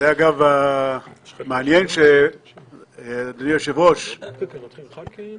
בקביעת הגבולות ובקביעת היכולות שלנו.